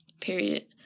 period